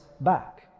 back